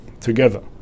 together